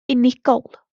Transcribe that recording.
unigol